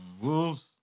Wolves